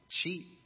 cheap